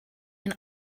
and